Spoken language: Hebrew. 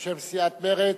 בשם סיעת מרצ,